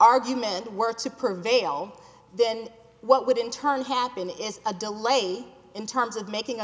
argument were to prevail then what would in turn happen is a delay in terms of making a